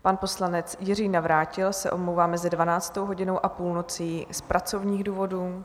Pan poslanec Jiří Navrátil se omlouvá mezi 12. hodinou a půlnocí z pracovních důvodů.